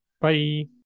Bye